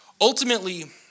Ultimately